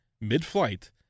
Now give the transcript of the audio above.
mid-flight